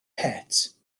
het